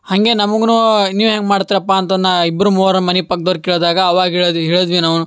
ಹಾಗೆ ನಮ್ಗ್ನು ನೀವು ಹೆಂಗೆ ಮಾಡ್ತಿರಪ್ಪ ಅಂತ ನಾ ಇಬ್ಬರು ಮೂವರು ಮನೆ ಪಕ್ದೋರ್ಗ ಕೇಳ್ದಾಗ ಅವಾಗ ಹೇಳಿದ್ದು ಹೇಳಿದ್ವಿ ನಾವು